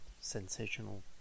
sensational